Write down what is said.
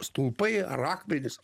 stulpai ar akmenys